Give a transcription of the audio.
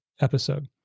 episode